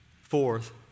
Fourth